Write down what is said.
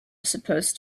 supposed